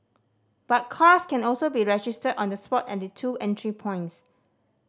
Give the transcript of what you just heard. but cars can also be registered on the spot at the two entry points